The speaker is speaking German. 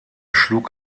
schlug